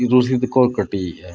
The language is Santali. ᱨᱚᱥᱤᱫ ᱠᱚ ᱠᱟᱹᱴᱤᱭᱮᱜᱼᱟ